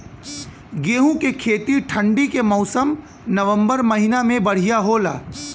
गेहूँ के खेती ठंण्डी के मौसम नवम्बर महीना में बढ़ियां होला?